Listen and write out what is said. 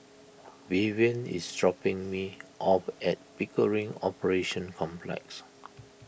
Vivian is dropping me off at Pickering Operations Complex